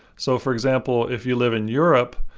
so, for example, if you live in europe,